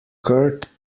curt